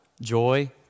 joy